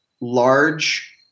large